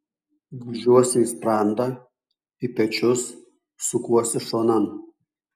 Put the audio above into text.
gūžiuosi į sprandą į pečius sukuosi šonan